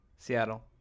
Seattle